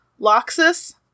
Loxus